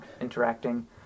interacting